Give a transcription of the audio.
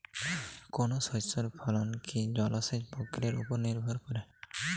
কোনো শস্যের ফলন কি জলসেচ প্রক্রিয়ার ওপর নির্ভর করে?